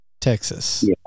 Texas